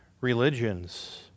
religions